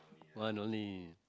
one only